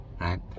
Right